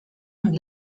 und